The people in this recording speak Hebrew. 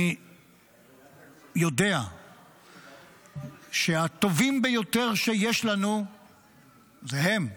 אני יודע שהטובים ביותר שיש לנו זה הם,